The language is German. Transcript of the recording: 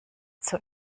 zur